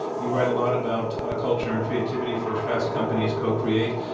you write a lot about culture and creativity for fast companies, co-create.